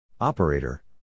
operator